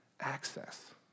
access